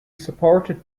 supported